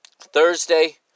Thursday